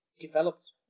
developed